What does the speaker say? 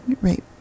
right